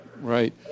Right